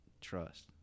trust